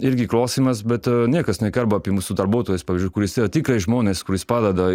irgi klausimas bet niekas nekalba apie mūsų darbuotojas pavyzdžiui kuris tikrai žmonės kuris padeda